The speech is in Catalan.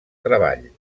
treball